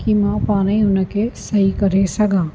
की मां पाण ई उन खे सही करे सघां